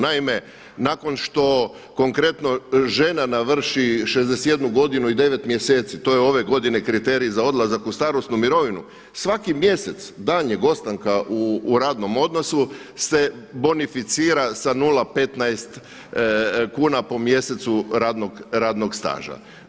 Naime, nakon što konkretno žena navrši 61 godinu i 9 mjeseci, to je ove godine kriterij za odlazak u starosnu mirovinu, svaki mjesec daljnjeg ostanka u radnom odnosu se bonificira sa 0,15 kuna po mjesecu radnog staža.